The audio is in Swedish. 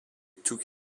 tog